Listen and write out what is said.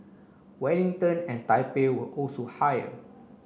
Wellington and Taipei were also higher